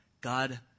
God